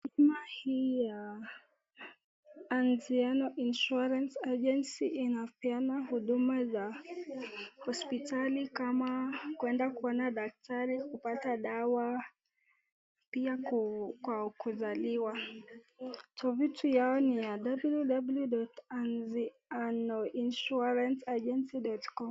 Bima hii ya Anziano Insurance Agency inapeana huduma za hospitali kama kwenda kuona daktari, kupata dawa, pia kwa kuzaliwa. Tovuti yao ni www.anzianoinsuranceagency.com